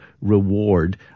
reward